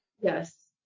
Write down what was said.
Yes